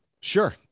Sure